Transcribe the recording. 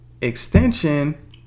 extension